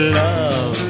love